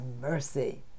mercy